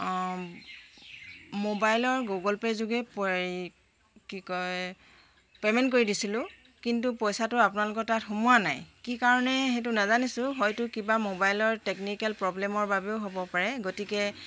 মোবাইলৰ Google pay যোগে হেৰি কি কয় পে'মেণ্ট কৰি দিছিলোঁ কিন্তু পইচাটো আপোনালোকৰ তাত সোমোৱা নাই কি কাৰণে সেইটো নেজানিছোঁ হয়তো কিবা মোবাইলৰ টেকনিকেল প্ৰবলেমৰ বাবেও হ'ব পাৰে গতিকে